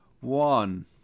one